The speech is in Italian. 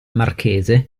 marchese